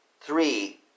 three